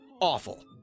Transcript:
awful